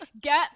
get